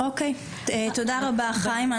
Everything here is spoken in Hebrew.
טוב, תודה רבה חיים.